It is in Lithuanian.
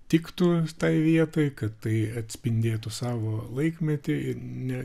tiktų tai vietai kad tai atspindėtų savo laikmetį ir ne